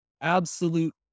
absolute